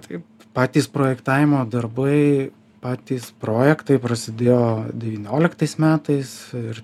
tai patys projektavimo darbai patys projektai prasidėjo devynioliktais metais ir